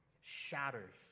shatters